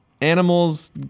animals